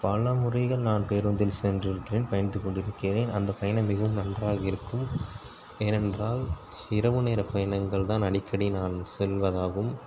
பலமுறைகள் நான் பேருந்தில் சென்றிருக்கிறேன் பயணித்து கொண்டிருக்கிறேன் அந்த பயணம் மிகவும் நன்றாக இருக்கும் ஏனென்றால் இரவு நேர பயணங்கள் தான் அடிக்கடி நான் செல்வதாகும்